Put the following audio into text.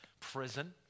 prison